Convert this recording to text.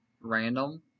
random